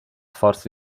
forza